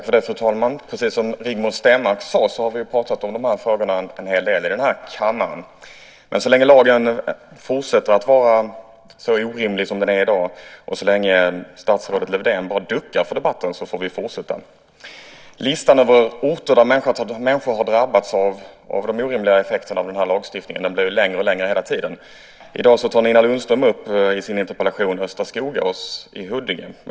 Fru talman! Precis som Rigmor Stenmark sade har vi pratat om de här frågorna en hel del i kammaren. Men så länge lagen fortsätter att vara så orimlig som den är i dag och så länge statsrådet Lövdén bara duckar för debatten får vi fortsätta. Listan över orter där människor har drabbats av de orimliga effekterna av den här lagstiftningen blir hela tiden längre och längre. I dag tar Nina Lundström i sin interpellation upp östra Skogås i Huddinge.